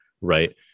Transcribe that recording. right